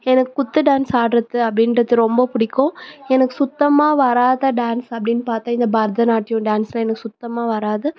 எனக்கு குத்து டான்ஸ் ஆடுறது அப்படின்றது ரொம்ப பிடிக்கும் எனக்கு சுத்தமாக வராத டான்ஸ் அப்படின்னு பார்த்தா இந்த பரதநாட்டியம் டான்ஸெல்லாம் எனக்கு சுத்தமாக வராது